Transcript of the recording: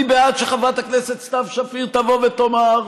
אני בעד שחברת הכנסת סתיו שפיר תבוא ותאמר: